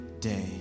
day